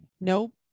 Nope